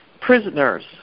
Prisoners